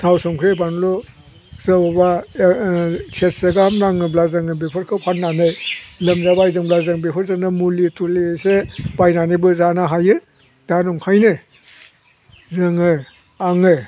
थाव संख्रि बानलु सोरनावबा सेरसे गाहाम नाङोब्ला जोङो बेफोरखौ फाननानै लोमजाबायदोंब्ला जों बेफोरजोंनो मुलि थुलि एसे बायनानैबो जानो जायो दा ओंखायनो जोङो आङो